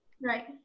Right